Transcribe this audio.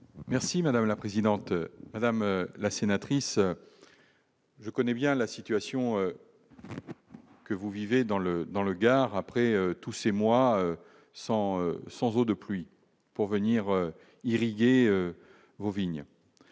Merci madame la présidente, madame la sénatrice, je connais bien la situation que vous vivez dans le dans le Gard après tous ces mois sans sans eau de pluie pour venir irriguer vignes,